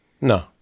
No